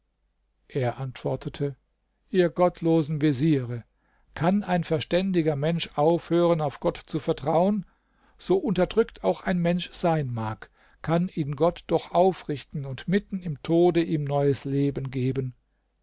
er antwortete o ihr gottlosen veziere kann ein verständiger mensch aufhören auf gott zu vertrauen so unterdrückt auch ein mensch sein mag kann ihn gott doch aufrichten und mitten im tode ihm neues leben geben